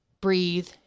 breathe